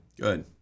Good